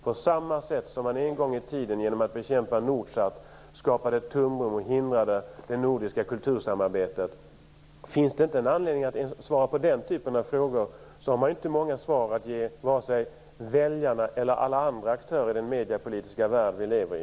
På samma sätt skapade man genom att bekämpa Nordsat en gång i tiden ett tomrum och hindrade det nordiska kultursamarbetet. Finns det inte anledning att ens svara på den typen av frågor har man inte många svar att ge vare sig väljarna eller andra aktörer i den mediepolitiska värld vi lever i.